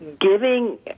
giving